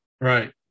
Right